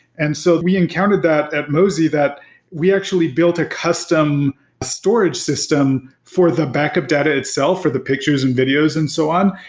and so we encountered that at mozy that we actually built a custom storage system for the backup data itself, for the pictures and videos and so on.